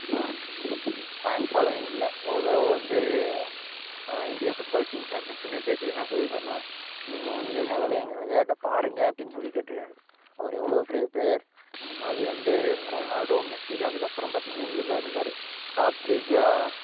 fan following இல்லை ஒரு தடவை வந்து India football team captain Sunil Chhetri என்ன சொல்லிருக்கார்னா நீங்கள் வந்து முதல்ல எங்கள் விளையாட்ட பாருங்கள் அப்படின்னு சொல்லி கேட்ருக்கார் அவர் எவ்வளோ பெரிய ப்ளேயர் முன்னாடி வந்து ரொனால்டோ மெஸ்ஸிக்கு அதற்கப்புறம் பார்த்தீங்கன்னா இவர் தான் இருந்தார் டாப் த்ரீ கா